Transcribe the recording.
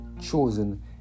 chosen